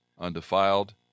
undefiled